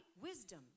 Wisdom